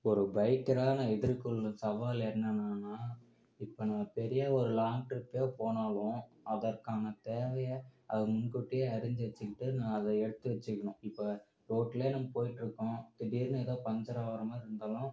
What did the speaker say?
ஒரு பைக்கராக நான் எதிர்கொள்ளும் சவால் என்னென்னன்னா இப்போ நான் பெரிய ஒரு லாங் ட்ரிப்பே போனாலும் அதற்கான தேவையை அதை முன்கூட்டியே அறிஞ்சு வச்சுக்கிட்டு நான் அதை எடுத்து வச்சுக்கணும் இப்போ ரோட்டில் நம்ம போயிட்டுருக்கோம் திடீர்னு எதோ பஞ்சரா ஆகுற மாதிரி இருந்தாலும்